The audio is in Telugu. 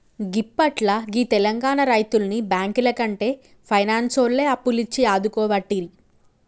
గిప్పట్ల గీ తెలంగాణ రైతుల్ని బాంకులకంటే పైనాన్సోల్లే అప్పులిచ్చి ఆదుకోవట్టిరి